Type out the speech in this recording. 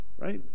right